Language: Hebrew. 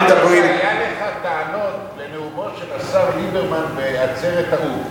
היו לך טענות על נאומו של השר ליברמן בעצרת האו"ם.